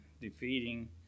defeating